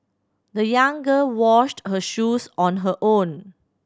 the young girl washed her shoes on her own